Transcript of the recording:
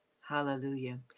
Hallelujah